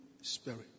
Spirit